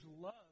love